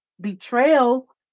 betrayal